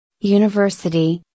University